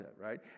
right